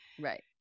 Right